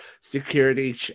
security